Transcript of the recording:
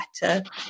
better